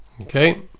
Okay